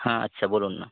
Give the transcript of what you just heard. হ্যাঁ আচ্ছা বলুন না